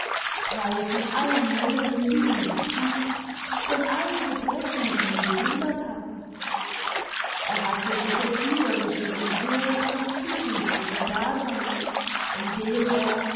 frei von allen nebeln die ihn betrübt von allen gebrechen die ihn behindert hatten er hatte die verführerische vision eines zukünftigen daseins in dem er